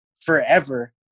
forever